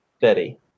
Betty